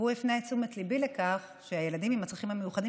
והוא הפנה את תשומת ליבי לכך שהילדים עם הצרכים המיוחדים,